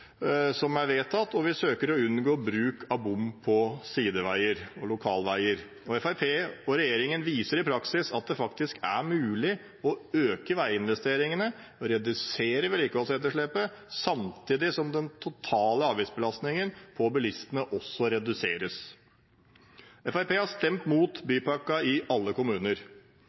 som er vedtatt, og vi søker å unngå bruk av bompenger på sideveier og lokalveier. Fremskrittspartiet og regjeringen viser i praksis at det faktisk er mulig å øke veiinvesteringene og redusere vedlikeholdsetterslepet samtidig som den totale avgiftsbelastningen for bilistene også reduseres. Fremskrittspartiet har stemt mot bypakken i alle kommuner